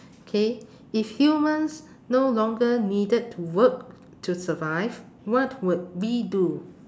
okay if humans no longer needed to work to survive what would we do